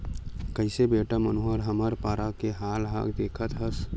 कइसे बेटा मनोहर हमर पारा के हाल ल देखत हस